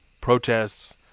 protests